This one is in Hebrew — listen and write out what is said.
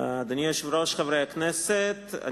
היושב-ראש, עוד הודעה.